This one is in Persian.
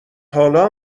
حالا